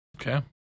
Okay